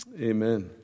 Amen